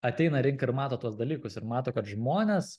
ateina rinka ir mato tuos dalykus ir mato kad žmonės